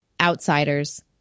Outsiders